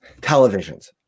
televisions